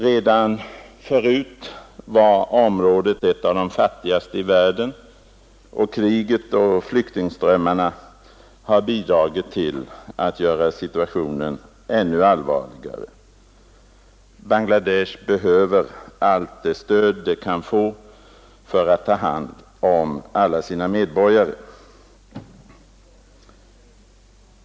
Redan förut var området ett av de fattigaste i världen, och kriget och flyktingströmmarna har bidragit till att göra situationen ännu allvarligare. Bangladesh behöver allt stöd det kan få för att ta hand om alla sina medborgare.